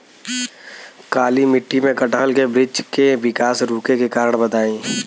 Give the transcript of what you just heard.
काली मिट्टी में कटहल के बृच्छ के विकास रुके के कारण बताई?